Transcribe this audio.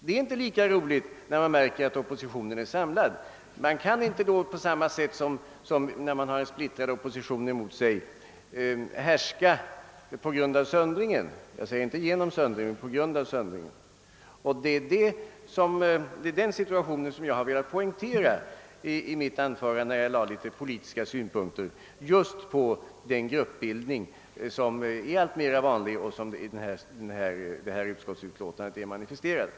Då man märker att oppositionen är samlad kan man inte på samma sätt som då man har en splittrad opposition emot sig härska på grund av söndringen — jag säger inte genom att söndra. Det är den situationen jag velat poängtera i mitt anförande, när jag anlagt politiska synpunkter på den gruppbildning som blir alltmer vanlig och som bl.a. manifesterats i förevarande utskottsutlåtande.